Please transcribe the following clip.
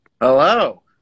hello